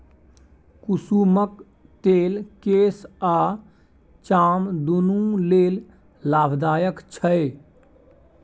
कुसुमक तेल केस आ चाम दुनु लेल लाभदायक छै